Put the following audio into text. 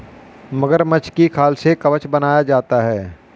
मगरमच्छ की खाल से कवच बनाया जाता है